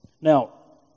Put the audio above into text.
Now